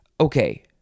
Okay